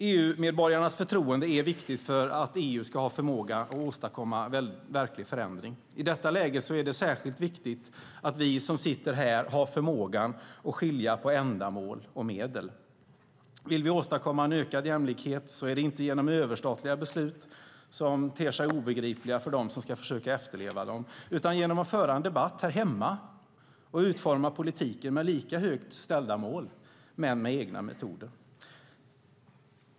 EU-medborgarnas förtroende är viktigt för att EU ska ha förmåga att åstadkomma verklig förändring. I detta läge är det särskilt viktigt att vi som sitter här har förmågan att skilja på ändamål och medel. Vill vi åstadkomma en ökad jämlikhet är det inte genom överstatliga beslut som ter sig obegripliga för dem som ska försöka efterleva dem, utan genom att föra en debatt här hemma och utforma politiken med högt ställda mål men med egna metoder.